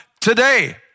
Today